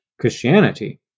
Christianity